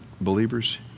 believers